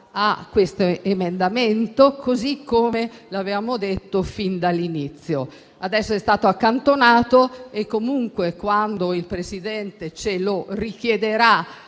a questo emendamento, così come abbiamo detto fin dall'inizio. Adesso l'emendamento è stato accantonato e comunque, quando il Presidente ce lo richiederà